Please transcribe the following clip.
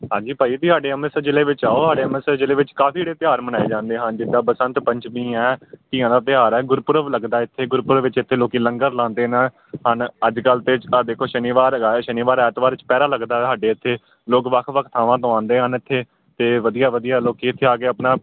ਹਾਂਜੀ ਭਾਅ ਜੀ ਤੁਸੀਂ ਸਾਡੇ ਅੰਮ੍ਰਿਤਸਰ ਜ਼ਿਲ੍ਹੇ ਵਿੱਚ ਆਉ ਸਾਡੇ ਅੰਮ੍ਰਿਤਸਰ ਜ਼ਿਲ੍ਹੇ ਵਿੱਚ ਕਾਫ਼ੀ ਜਿਹੜੇ ਤਿਉਹਾਰ ਮਨਾਏ ਜਾਂਦੇ ਹਨ ਜਿੱਦਾਂ ਬਸੰਤ ਪੰਚਮੀ ਹੈ ਤੀਆਂ ਦਾ ਤਿਉਹਾਰ ਹੈ ਗੁਰਪੁਰਬ ਲੱਗਦਾ ਇੱਥੇ ਗੁਰਪੁਰਬ ਵਿੱਚ ਇੱਥੇ ਲੋਕ ਲੰਗਰ ਲਾਉਂਦੇ ਨੇ ਹਨ ਅੱਜ ਕੱਲ੍ਹ ਤਾਂ ਆ ਦੇਖੋ ਸ਼ਨੀਵਾਰ ਹੈਗਾ ਹੈ ਸ਼ਨੀਵਾਰ ਐਤਵਾਰ ਚੁਪਹਿਰਾ ਲੱਗਦਾ ਸਾਡੇ ਇੱਥੇ ਲੋਕ ਵੱਖ ਵੱਖ ਥਾਵਾਂ ਤੋਂ ਆਉਂਦੇ ਹਨ ਇੱਥੇ ਅਤੇ ਵਧੀਆ ਵਧੀਆ ਲੋਕ ਇੱਥੇ ਆ ਕੇ ਆਪਣਾ